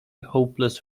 hopeless